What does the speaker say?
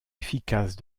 efficace